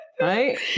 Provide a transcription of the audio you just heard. right